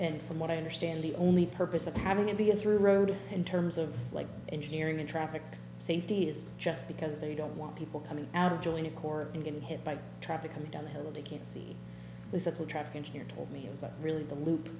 and from what i understand the only purpose of having to go through road in terms of like engineering and traffic safety is just because they don't want people coming out of joint corps and getting hit by traffic coming down the hill they can't see the subtle traffic engineer told me is that really the loop